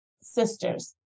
sisters